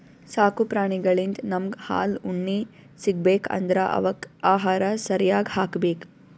ಸಾಕು ಪ್ರಾಣಿಳಿಂದ್ ನಮ್ಗ್ ಹಾಲ್ ಉಣ್ಣಿ ಸಿಗ್ಬೇಕ್ ಅಂದ್ರ ಅವಕ್ಕ್ ಆಹಾರ ಸರ್ಯಾಗ್ ಹಾಕ್ಬೇಕ್